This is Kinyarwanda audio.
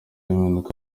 impinduka